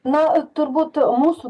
nu turbūt mūsų